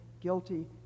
guilty